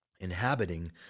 inhabiting